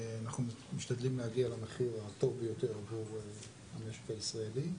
אנחנו משתדלים להגיע למחיר הטוב ביותר עבור המשק הישראלי.